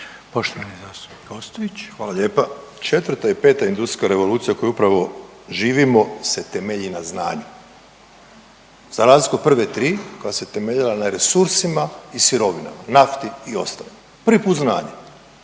(Nezavisni)** Hvala lijepa. 4. i 5. industrijska revolucija koju upravo živimo se temelji na znanju, za razliku od prve tri koja se temeljila na resursima i sirovinama, nafti i ostalima, prvi put znanjem